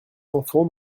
enfants